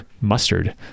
Mustard